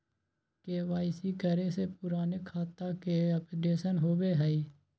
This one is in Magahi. के.वाई.सी करें से पुराने खाता के अपडेशन होवेई?